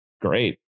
Great